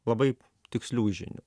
labai tikslių žinių